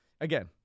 again